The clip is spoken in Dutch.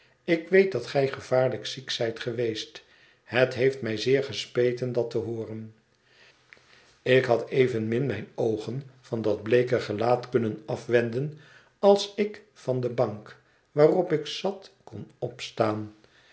ik weet dat gij gevaarlijk ziek zijt geweest het heeft mij zeer gespeten dat te hooren ik had evenmin mijne oogen van dat bleeke gelaat kunnen afwenden als ik van de bank waarop ik zat kon opstaan